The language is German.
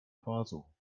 faso